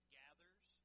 gathers